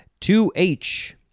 2H